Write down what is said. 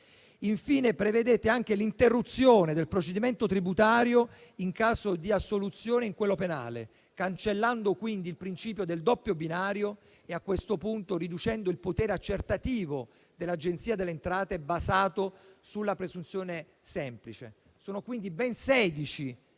Infine, prevedete anche l'interruzione del procedimento tributario in caso di assoluzione in quello penale, cancellando quindi il principio del doppio binario e, a questo punto, riducendo il potere accertativo dell'Agenzia delle entrate, basato sulla presunzione semplice. Sono quindi ben 16